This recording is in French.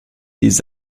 des